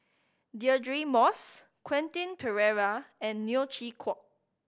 Deirdre Moss Quentin Pereira and Neo Chwee Kok